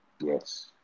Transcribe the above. Yes